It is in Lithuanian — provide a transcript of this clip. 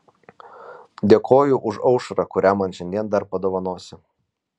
dėkoju už aušrą kurią man šiandien dar padovanosi